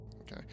Okay